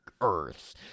earth